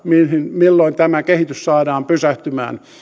milloin tämä kehitys saadaan pysähtymään